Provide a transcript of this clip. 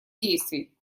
действий